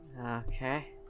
Okay